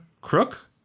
crook